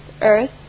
earth